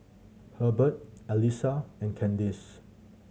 Herbert Elissa and Kandice